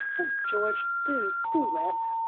oh, george, do, do let's.